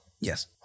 Yes